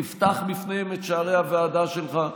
תפתח בפניהם את שערי הוועדה שלך,